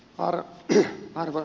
arvoisa puhemies